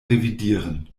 revidieren